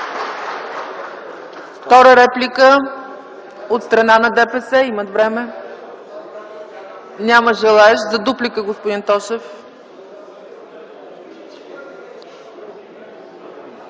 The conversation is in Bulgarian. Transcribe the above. Втора реплика от страна на ДПС? Имат време. Няма желаещ. За дуплика, господин Тошев.